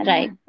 Right